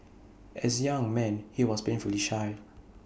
as young man he was painfully shy